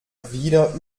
wieder